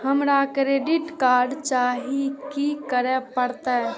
हमरा credit card चाही की करे परतै?